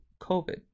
COVID